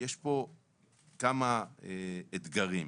יש פה כמה אתגרים,